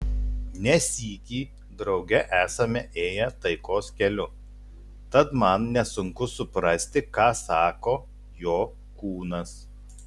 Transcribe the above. ne sykį drauge esame ėję taikos keliu tad man nesunku suprasti ką sako jo kūnas